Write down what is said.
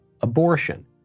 abortion